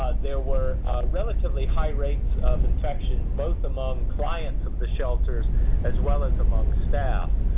there were relatively high rates of infection, both among clients of the shelters as well as among staff,